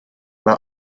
mae